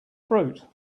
fruit